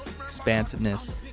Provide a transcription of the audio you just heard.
expansiveness